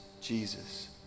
Jesus